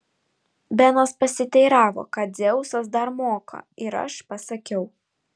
benas pasiteiravo ką dzeusas dar moka ir aš pasakiau